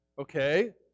okay